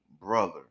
brother